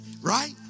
right